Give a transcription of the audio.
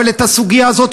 אבל את הסוגיה הזאת,